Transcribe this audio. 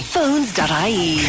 Phones.ie